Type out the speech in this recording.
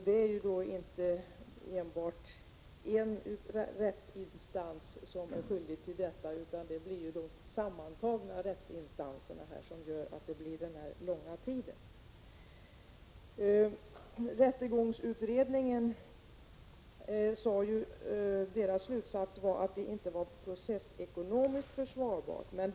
Det är inte enbart en rättsinstans som är skyldig till det, utan det är alla de rättsinstanser som är inblandade sammantaget. Rättegångsutredningens slutsats var att ett jourdomstolssystem inte var processekonomiskt försvarbart.